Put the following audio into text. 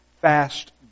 fast